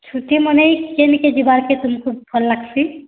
ଛୁଟି ମନେଇ କେନ୍କେ ଯିବାର୍କେ ତୁମ୍କୁ ଭଲ୍ ଲାଗ୍ସି